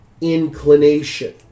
inclination